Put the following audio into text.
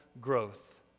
growth